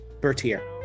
Bertier